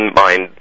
mind